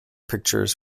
pictures